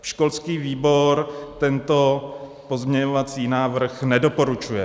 Školský výbor tento pozměňovací návrh nedoporučuje.